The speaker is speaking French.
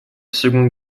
seconde